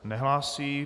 Nehlásí.